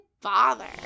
bother